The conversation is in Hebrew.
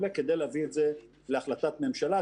כדי להביא את זה להחלטת ממשלה.